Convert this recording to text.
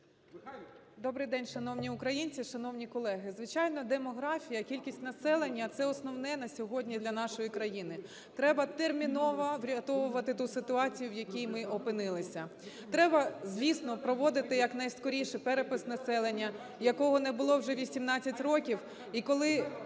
Добрий день, шановні українці, шановні колеги. Звичайно, демографія, кількість населення – це основне на сьогодні для нашої країни. Треба терміново врятовувати ту ситуацію, в якій ми опинилися. Треба, звісно, проводити якнайскоріше перепис населення, якого не було вже 18 років.